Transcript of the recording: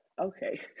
Okay